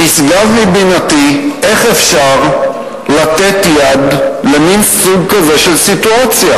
נשגב מבינתי איך אפשר לתת יד למין סוג כזה של סיטואציה.